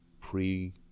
pre